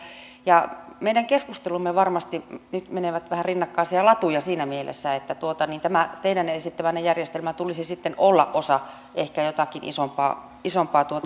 ja meidän keskustelumme varmasti nyt menevät vähän rinnakkaisia latuja siinä mielessä että tämän teidän esittämänne järjestelmän tulisi sitten olla osa ehkä jotakin isompaa isompaa